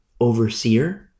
overseer